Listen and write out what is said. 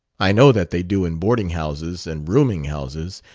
i know that they do in boarding-houses and rooming-houses,